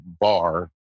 bar